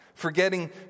Forgetting